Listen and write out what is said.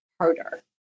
harder